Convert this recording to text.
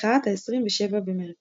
מחאת ה-27 במרץ